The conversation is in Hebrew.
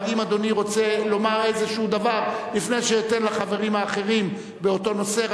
אבל אם אדוני רוצה לומר איזשהו דבר לפני שאתן לחברים האחרים באותו נושא,